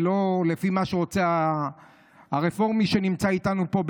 ולא לפי מה שרוצה הרפורמי שנמצא איתנו פה,